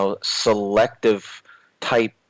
selective-type